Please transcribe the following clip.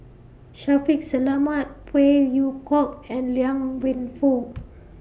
Shaffiq Selamat Phey Yew Kok and Liang Wenfu